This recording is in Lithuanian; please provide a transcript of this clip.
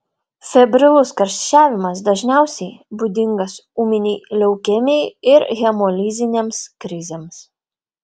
febrilus karščiavimas dažniausiai būdingas ūminei leukemijai ir hemolizinėms krizėms